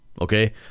okay